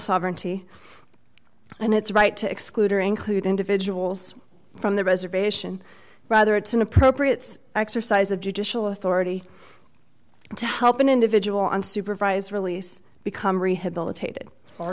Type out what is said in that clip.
sovereignty and its right to exclude or include individuals from the reservation rather it's an appropriate exercise of judicial authority to help an individual on supervised release become rehabilitated ar